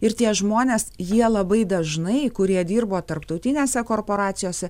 ir tie žmonės jie labai dažnai kurie dirbo tarptautinėse korporacijose